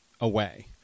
away